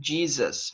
Jesus